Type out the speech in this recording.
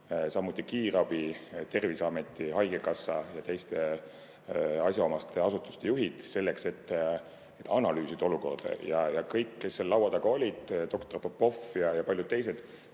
samuti kiirabi, Terviseameti, haigekassa ja teiste asjaomaste asutuste juhid selleks, et analüüsida olukorda. Kõik, kes seal laua taga olid, doktor Popov ja paljud teised,